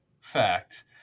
fact